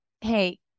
hey